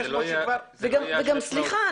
אבל יש 600 שכבר --- וגם סליחה,